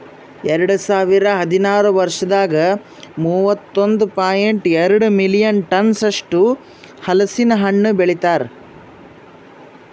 ಎರಡು ಸಾವಿರ ಹದಿನಾರು ವರ್ಷದಾಗ್ ಮೂವತ್ತೊಂದು ಪಾಯಿಂಟ್ ಎರಡ್ ಮಿಲಿಯನ್ ಟನ್ಸ್ ಅಷ್ಟು ಹಲಸಿನ ಹಣ್ಣು ಬೆಳಿತಾರ್